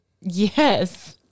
Yes